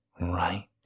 right